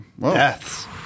deaths